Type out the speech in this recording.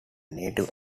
native